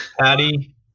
Patty